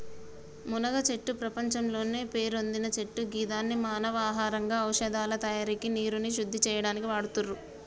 మునగచెట్టు ప్రపంచంలోనే పేరొందిన చెట్టు గిదాన్ని మానవ ఆహారంగా ఔషదాల తయారికి నీరుని శుద్ది చేయనీకి వాడుతుర్రు